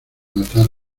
matar